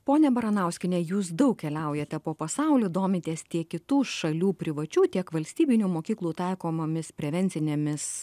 ponia baranauskiene jūs daug keliaujate po pasaulį domitės tiek kitų šalių privačių tiek valstybinių mokyklų taikomomis prevencinėmis